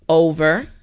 over